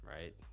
right